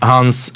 Hans